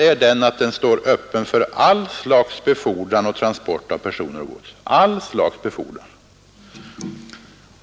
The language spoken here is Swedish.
är att den står öppen för all slags befordran och transport av personer och gods.